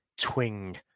twing